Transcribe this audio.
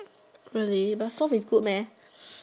really but soft is good meh